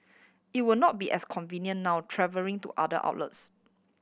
it will not be as convenient now travelling to other outlets